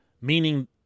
Meaning